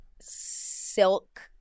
silk